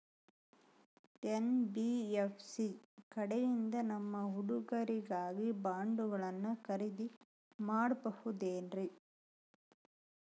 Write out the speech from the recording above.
NBFC ಕಡೆಯಿಂದ ನಮ್ಮ ಹುಡುಗರಿಗಾಗಿ ಬಾಂಡುಗಳನ್ನ ಖರೇದಿ ಮಾಡಬಹುದೇನ್ರಿ?